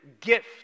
gift